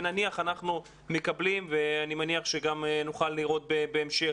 אני מניח שגם נוכל לראות בהמשך,